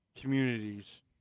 communities